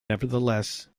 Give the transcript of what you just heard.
nevertheless